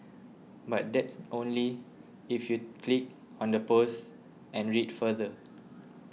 but that's only if you click on the post and read further